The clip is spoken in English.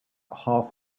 half